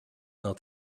not